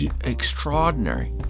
extraordinary